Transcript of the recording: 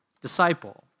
disciple